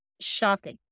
shocking